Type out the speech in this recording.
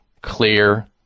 clear